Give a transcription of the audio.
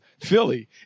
Philly